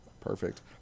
perfect